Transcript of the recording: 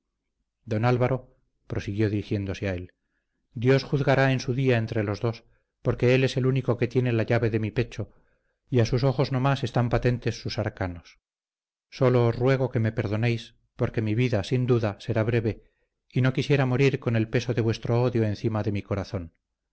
don álvaro prosiguió dirigiéndose a él dios juzgará en su día entre los dos porque él es el único que tiene la llave de mi pecho y a sus ojos no más están patentes sus arcanos sólo os ruego que me perdonéis porque mi vida sin duda será breve y no quisiera morir con el peso de vuestro odio encima de mi corazón